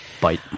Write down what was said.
Bite